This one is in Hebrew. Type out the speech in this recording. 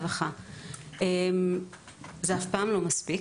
זה אף פעם לא מספיק,